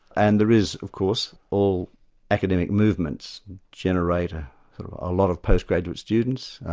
and there is of course. all academic movements generate a ah lot of post-graduate students,